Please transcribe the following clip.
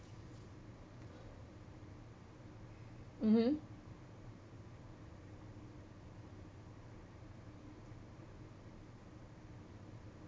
mmhmm